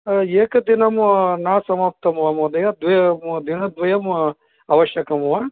एकदिनं न समाप्तं वा महोदय द्वे दिनद्वयं दिनद्वयं आवश्यकं वा